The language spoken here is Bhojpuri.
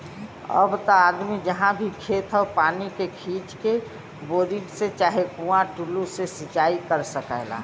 अब त आदमी जहाँ भी खेत हौ पानी के खींच के, बोरिंग से चाहे कुंआ टूल्लू से सिंचाई कर सकला